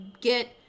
get